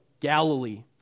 Galilee